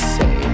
say